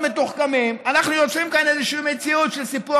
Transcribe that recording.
אנחנו יוצרים כאן איזושהי מציאות של סיפוח